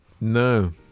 No